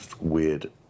weird